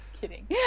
Kidding